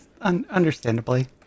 understandably